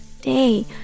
day